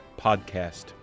podcast